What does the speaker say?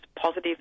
positive